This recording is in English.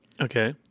Okay